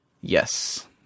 yes